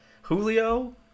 Julio